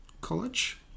College